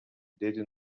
деди